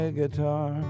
guitar